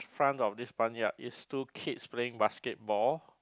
front of this barnyard is two kids playing basketball